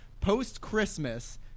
post-Christmas